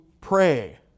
pray